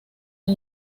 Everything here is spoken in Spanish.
del